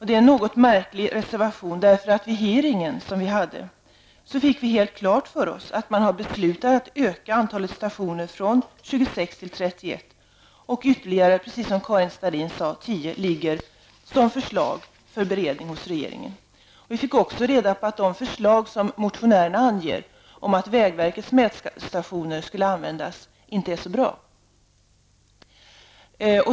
Det är en något märklig reservation. Vid hearingen med SSI fick vi nämligen helt klart för oss att man har beslutat att öka antalet stationer från 26 till 31. Ytterligare nio ligger som förslag för beredning, vilket Karin Starrin sade. Vi fick också reda på att de förslag som motionärerna anger om att vägverkets mätstationer skulle användas inte är så bra.